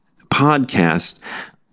podcast